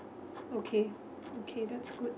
okay okay that's good